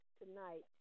tonight